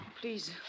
Please